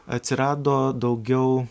atsirado daugiau